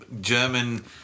German